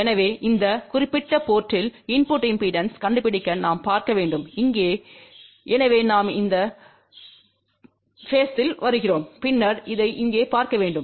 எனவே இந்த குறிப்பிட்ட போர்ட்த்தில் இன்புட்டு இம்பெடன்ஸ்க் கண்டுபிடிக்க நாம் பார்க்க வேண்டும் இங்கே எனவே நாம் இந்த பேஸ்த்தில் வருகிறோம் பின்னர் இதை இங்கே பார்க்க வேண்டும்